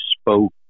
spoke